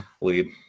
lead